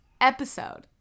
episode